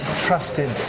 trusted